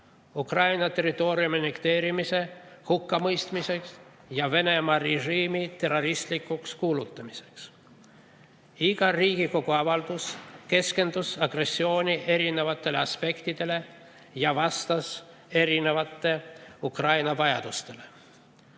Ukraina territooriumi annekteerimise hukkamõistmiseks ja Venemaa režiimi terroristlikuks kuulutamiseks. Iga Riigikogu avaldus keskendus agressiooni erinevatele aspektidele ja vastas erinevatele Ukraina vajadustele.